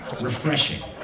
refreshing